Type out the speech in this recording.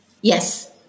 Yes